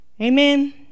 amen